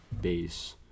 base